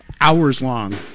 Hours-long